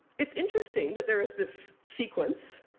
it's interesting that there is this sequence,